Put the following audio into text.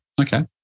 okay